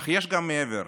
אך יש גם מעבר.